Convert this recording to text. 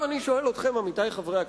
עמיתי חברי הכנסת,